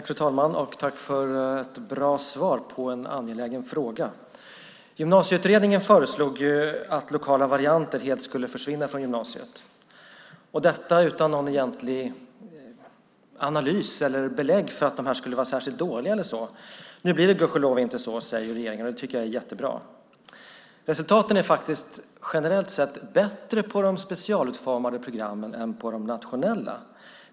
Fru talman! Jag tackar utbildningsministern för ett bra svar på en angelägen fråga! Gymnasieutredningen föreslog att lokala varianter helt skulle försvinna från gymnasiet, detta utan någon egentlig analys eller något belägg för att de skulle vara särskilt dåliga. Nu blir det gudskelov inte så, och det tycker jag är jättebra. Resultaten är generellt sett bättre på de specialutformade programmen än på de nationella.